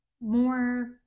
more